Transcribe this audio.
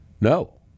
No